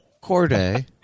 Corday